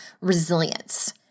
resilience